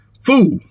fool